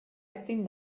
ezin